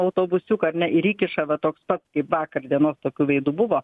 autobusiuką ar ne ir įkiša va toks pats kaip vakar dienos tokių veidų buvo